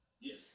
Yes